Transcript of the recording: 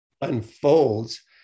unfolds